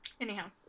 Anyhow